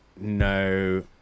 no